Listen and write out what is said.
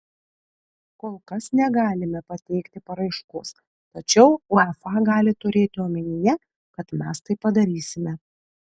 kol kas negalime pateikti paraiškos tačiau uefa gali turėti omenyje kad mes tai padarysime